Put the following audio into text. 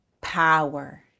power